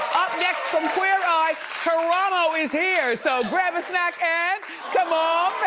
up next from queer eye, karamo is here. so grab a snack and come on